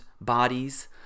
bodies